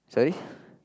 sorry